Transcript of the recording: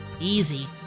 Easy